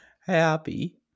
happy